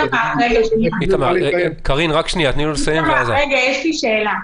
איתמר, יש לי שאלה.